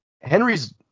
Henry's